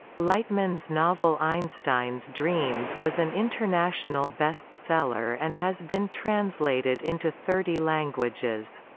lightman's novel einstein's dreams was an international bestseller and has been translated into thirty languages.